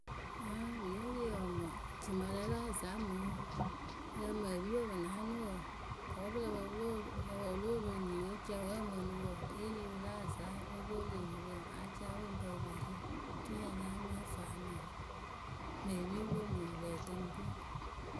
Ǝŋ pǝ le ri ǝmǝ jimǝrǝ aza mɨŋ ǝ lǝ mɨ epipǝ pɨ naanɨ wǝǝ, Wǝ́ pɨ lǝ pǝ pɨ lóo ro eniyǝ we ceŋwǝ we ǝmǝnǝ wǝǝ eri pɨ la aza o pwolu enyipǝ a caa pɨŋ pǝ pɨ pe ri oturu nya nyáa nya faawǝ mɨŋ mɨŋ epipǝ mɨŋ lǝ̈ ǝtɨŋpǝ we.